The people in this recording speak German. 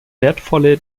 wertvolle